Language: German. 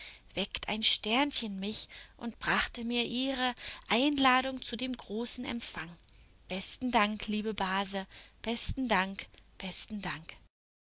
weckt ein sternchen mich und brachte mir ihre einladung zu dem großen empfang besten dank liebe base besten dank besten dank